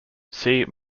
see